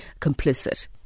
complicit